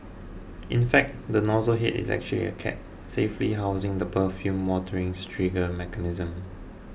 in fact the nozzle head is actually a cap safely housing the perfumed waterings trigger mechanism